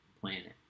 planet